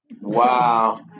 Wow